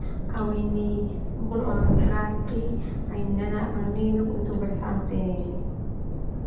Au ini baloas nganggatik au ini nanaa nininuk untuk bersante nai eli.